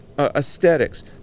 Aesthetics